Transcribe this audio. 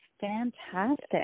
fantastic